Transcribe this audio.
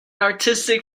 artistic